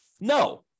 no